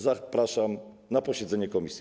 Zapraszam na posiedzenie komisji.